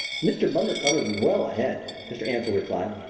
mr. bundercombe is well ahead, mr. ansell replied,